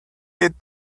hit